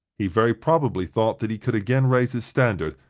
he very probably thought that he could again raise his standard,